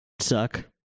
suck